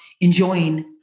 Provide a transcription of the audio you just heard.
enjoying